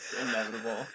Inevitable